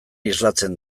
islatzen